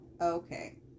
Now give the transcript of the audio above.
Okay